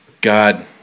God